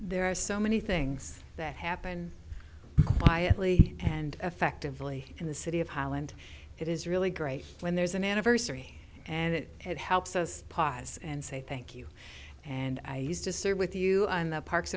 there are so many things that happened by a plea and effectively in the city of holland it is really great when there's an anniversary and it helps us pause and say thank you and i used to sit with you on the parks